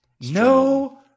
No